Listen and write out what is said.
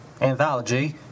anthology